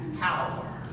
power